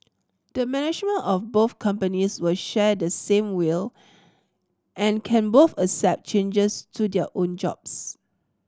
the management of both companies will share the same will and can both accept changes to their own jobs